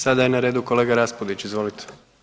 Sada je na redu kolega RAspudić, izvolite.